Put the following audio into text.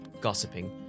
gossiping